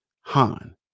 Han